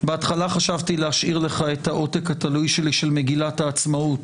בהתחלה חשבתי להשאיר לך את העותק התלוי שלי של מגילת העצמאות,